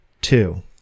Two